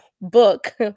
book